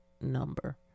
number